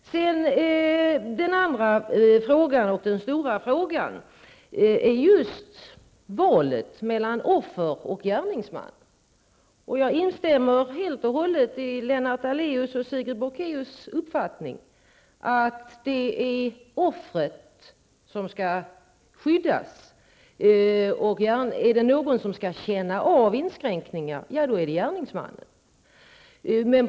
Den andra frågan och den stora frågan gäller just valet mellan offer och gärningsman. Jag instämmer helt i Lennart Daléus och Sigrid Bolkéus uppfattning att det är offret som skall skyddas och om det är någon som skall känna av inskränkningar, är det gärningsmannen.